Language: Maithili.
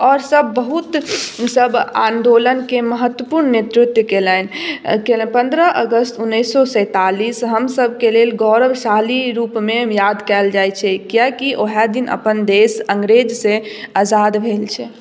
आओर सब बहुत इसब आन्दोलनके महत्वपूर्ण नेतृत्व कयलनि कयलनि पन्द्रह अगस्त उनैस सओ सैंतालिस हम सबके लेल गौरवशाली रूपमे याद कयल जाइ छै किएक कि वएह दिन अपन देश अंग्रेजसँ आजाद भेल छै